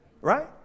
Right